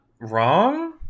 wrong